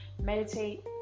meditate